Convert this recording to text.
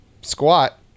squat